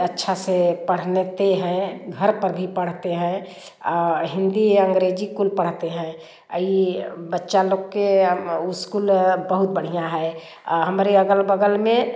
अच्छा से पढ़ते हैं घर पर भी पढ़ते हैं हिंदी अंग्रेजी कुल पढ़ते हैं और यह बच्चा लोग के स्कूल बहुत बढ़िया है हमरे अगल बगल में